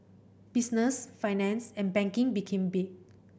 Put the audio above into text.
business finance and banking became big